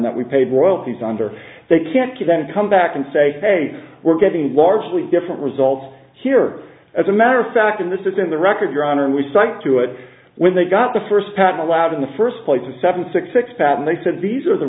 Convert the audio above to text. that we paid royalties under they can't then come back and say hey we're getting largely different results here as a matter of fact and this is in the record your honor and we cite to it when they got the first patent allowed in the first place with seven six six patent they said these are